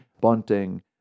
bunting